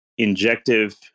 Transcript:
Injective